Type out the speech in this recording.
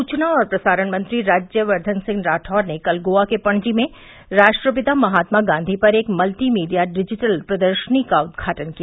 सुचना और प्रसारण मंत्री राज्यवर्धन सिंह राठौड़ ने कल गोवा के पणजी में राष्ट्रपिता महात्मा गांधी पर एक मल्टी मीडिया डिजिटल प्रदर्शनी का उद्घाटन किया